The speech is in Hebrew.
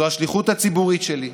זו השליחות הציבורית שלי,